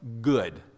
Good